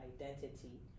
identity